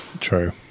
true